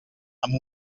amb